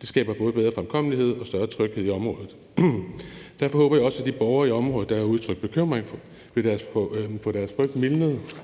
Det skaber både bedre fremkommelighed og større tryghed i området. Derfor håber jeg også, at de borgere i området, der har udtrykt bekymring, vil få deres frygt mildnet, når